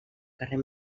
carrer